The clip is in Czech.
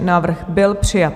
Návrh byl přijat.